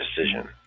decision